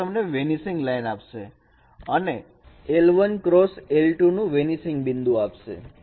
જે તમને vanishing line આપશે અને l1 x l2 નું વેનિસિંગ બિંદુ આપશે